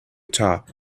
top